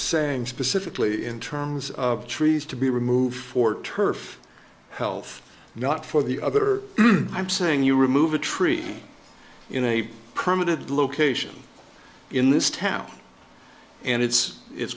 saying specifically in terms of trees to be removed for turf health not for the other i'm saying you remove a tree in a permanent location in this town and it's it's